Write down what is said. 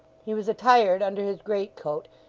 he was attired, under his greatcoat,